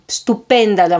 stupenda